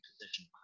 position